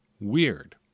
weird